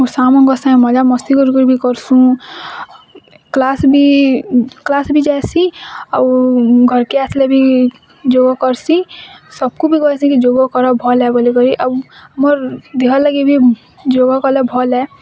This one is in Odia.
ମୋର୍ ସାଙ୍ଗମାନଙ୍କର୍ ସଙ୍ଗେ ମଜାମସ୍ତି କରିକରି ବି କର୍ସୁଁ କ୍ଲାସ୍ ବି କ୍ଲାସ୍ ବି ଯାଏସିଁ ଆଉ ଘର୍କେ ଆସ୍ଲେ ବି ଯୋଗ କରସିଁ ସବ୍କୁ ବି କହିଁସି ଯୋଗ କର ଭଲ୍ ହେବ ବଲି କରି ଆଉ ମୋର୍ ଦିହର୍ ଲାଗି ବି ଯୋଗ କଲେ ଭଲ୍ ଏ